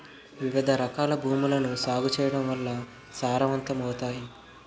వివిధరకాల భూములను సాగు చేయడం వల్ల సారవంతమవుతాయి